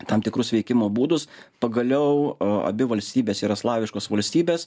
tam tikrus veikimo būdus pagaliau a abi valstybės yra slaviškos valstybės